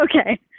Okay